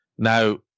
Now